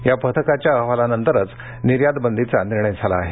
या पथकाच्या अहवालानंतरच निर्यातबंदीचा निर्णय झाला आहे